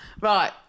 Right